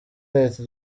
leta